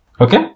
okay